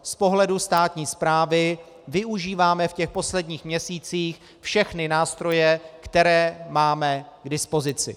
Z pohledu státní správy využíváme v posledních měsících všechny nástroje, které máme k dispozici.